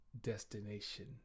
destination